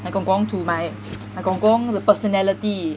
my 公公 to my my 公公 the personality